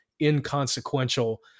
inconsequential